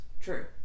True